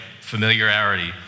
Familiarity